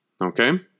okay